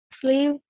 sleeve